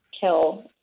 kill